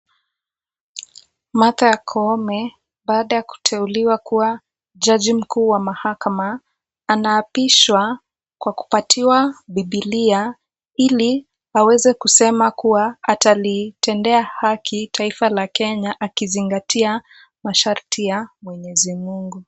Martha Koome, baada ya kuteuliwa kuwa kaji mkuu wa mahakama anaapishwa kwa kupatiwa bibilia, ili aweze kusema kuwa atalitendea haki taifa la Kenya akizingatia masharti ya mwenyezi mungu.